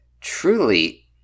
truly